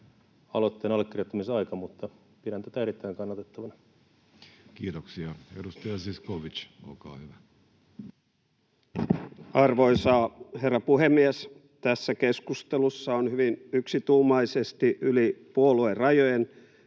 aloitteen allekirjoittamisaika, mutta pidän tätä erittäin kannatettavana. Kiitoksia. — Edustaja Zyskowicz, olkaa hyvä. Arvoisa herra puhemies! Tässä keskustelussa on hyvin yksituumaisesti yli puoluerajojen,